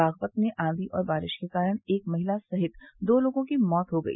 बागपत में आंधी और बारिश के कारण एक महिला सहित दो लोगों की मैत हो गई